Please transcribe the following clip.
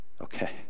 Okay